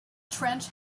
trench